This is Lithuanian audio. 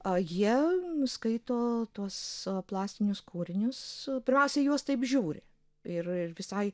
a jie nuskaito tuos plastinius kūrinius pirmiausia į juos taip žiūri ir ir visai